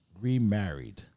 remarried